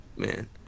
man